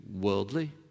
worldly